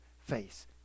face